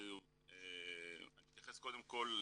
קודם כל,